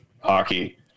hockey